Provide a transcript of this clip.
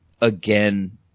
Again